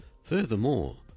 Furthermore